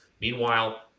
meanwhile